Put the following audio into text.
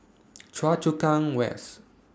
Choa Chu Kang West